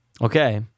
Okay